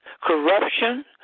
corruption